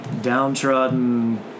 downtrodden